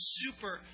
super